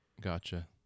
gotcha